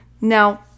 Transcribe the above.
Now